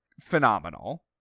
phenomenal